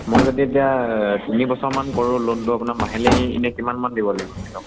মই যদি এতিয়া তিনি বছৰমান কৰোঁ লোনটো আপোনাৰ মাহিলী এনেই কিমান দিব লাগিব ধৰি লওক